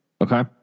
Okay